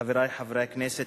חברי חברי הכנסת,